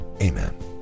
Amen